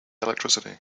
electricity